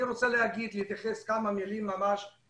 אני רוצה להתייחס בכמה מלים לנתניה,